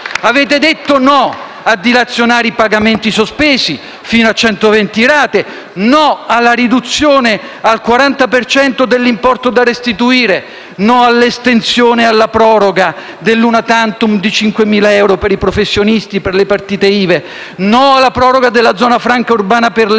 Avete detto no a dilazionare i pagamenti sospesi fino a 120 rate; no alla riduzione al 40 per cento dell'importo da restituire; no all'estensione della proroga dell'*una tantum* di 5.000 euro per i professionisti e per le partite IVA; no alla proroga della zona franca urbana per le